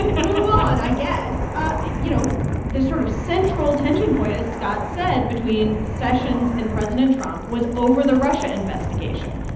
and move on, i guess. you know, the sort of central tension point, as scott said, between sessions and president trump was over the russia investigation.